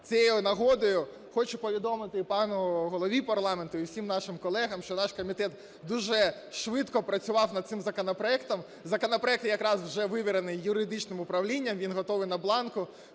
цією нагодою, хочу повідомити пану голові парламенту і всім нашим колегам, що наш комітет дуже швидко працював над цим законопроектом, законопроект якраз вже вивірений юридичним управлінням, він готовий, на бланку.